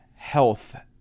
health